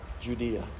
Judea